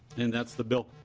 and that's the bill.